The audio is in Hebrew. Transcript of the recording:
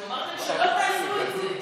שאתם אמרתם שלא תעשו את זה,